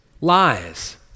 lies